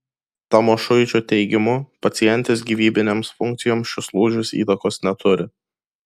tamošuičio teigimu pacientės gyvybinėms funkcijoms šis lūžis įtakos neturi